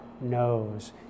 knows